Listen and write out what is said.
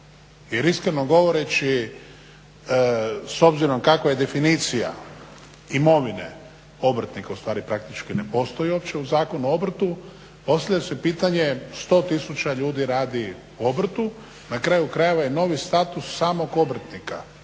iskreno govoreći s obzirom kakva je definicija imovine obrtnika ustvari praktički ne postoji uopće u Zakonu o obrtu. Postavlja se pitanje 100 tisuća ljudi radi u obrtu, na kraju krajeva i novi status samog obrtnika